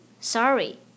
sorry